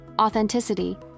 authenticity